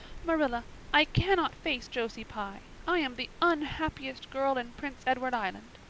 marilla, i cannot face josie pye. i am the unhappiest girl in prince edward island.